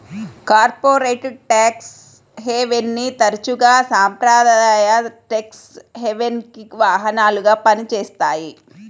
corporate tax హెవెన్ని తరచుగా సాంప్రదాయ ట్యేక్స్ హెవెన్కి వాహనాలుగా పనిచేస్తాయి